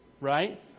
right